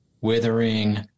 withering